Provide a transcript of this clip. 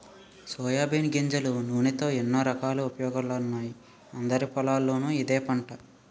soybean గింజల నూనెతో ఎన్నో రకాల ఉపయోగాలున్నాయని అందరి పొలాల్లోనూ ఇదే పంట